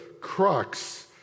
crux